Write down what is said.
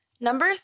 Number